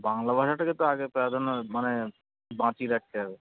বাংলা ভাষাটাকে তো আগে প্রাধান্য মানে বাঁচিয়ে রাখতে হবে